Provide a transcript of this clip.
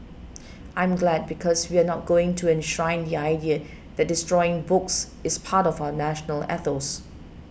I'm glad because we're not going to enshrine the idea that destroying books is part of our national ethos